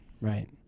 right